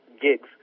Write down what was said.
gigs